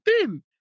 thin